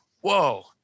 Whoa